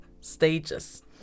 stages